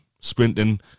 sprinting